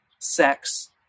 sex